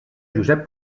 josep